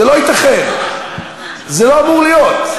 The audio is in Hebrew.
זה לא ייתכן, זה לא אמור להיות.